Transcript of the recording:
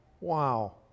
Wow